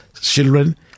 children